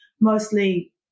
mostly